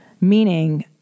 meaning